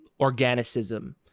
organicism